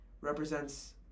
represents